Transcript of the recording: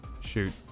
shoot